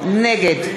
נגד